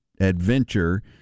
adventure